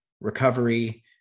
recovery